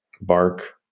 Bark